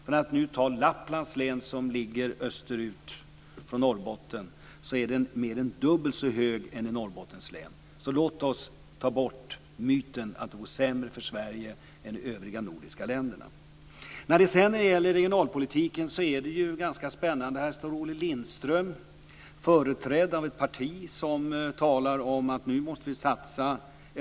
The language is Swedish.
För att ta Lapplands län, som ligger österut från Norrbotten, är arbetslösheten där mer än dubbelt så hög som i Norrbottens län. Låt oss ta bort myten att det går sämre för Sverige än för de övriga nordiska länderna. När det gäller regionalpolitiken är det ganska spännande att Olle Lindström själv säger att vi nu måste satsa.